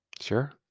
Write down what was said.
Sure